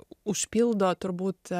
užpildo turbūt